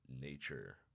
nature